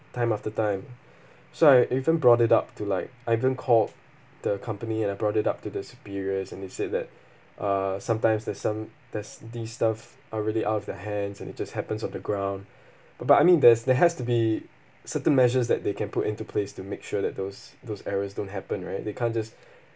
time after time so I even brought it up to like I even called the company and I brought it up to the superiors and they said that uh sometimes there's some there's these stuff are really out of their hands and it just happens on the ground but but I mean there's there has to be certain measures that they can put into place to make sure that those those errors don't happen right they can't just